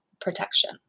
protection